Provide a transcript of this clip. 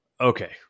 Okay